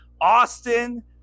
Austin